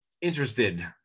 interested